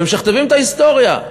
ומשכתבים את ההיסטוריה.